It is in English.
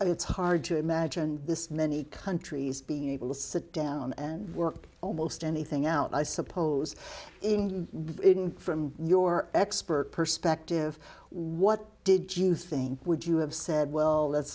it's hard to imagine this many countries will sit down and work almost anything out i suppose from your expert perspective what did you think would you have said well let's